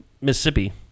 Mississippi